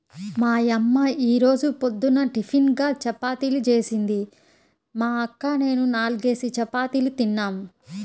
మా యమ్మ యీ రోజు పొద్దున్న టిపిన్గా చపాతీలు జేసింది, మా అక్క నేనూ నాల్గేసి చపాతీలు తిన్నాం